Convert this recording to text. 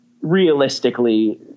realistically